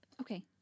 Okay